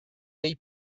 dei